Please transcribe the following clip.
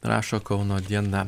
rašo kauno diena